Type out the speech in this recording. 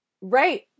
right